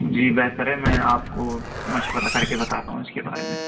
جی بہتر ہے میں آپ کو مشورہ کر کے بتاتا ہوں اس کے بارے میں